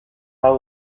how